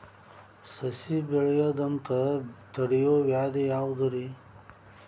ಸಸಿ ಬೆಳೆಯದಂತ ತಡಿಯೋ ವ್ಯಾಧಿ ಯಾವುದು ರಿ?